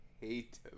hate